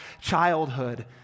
childhood